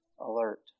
alert